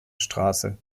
straße